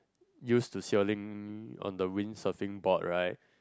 used to sailing on the wind surfing board right